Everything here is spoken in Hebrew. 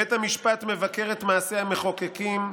בית המשפט מבקר את מעשי המחוקקים.